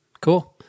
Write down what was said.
cool